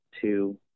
two